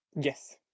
yes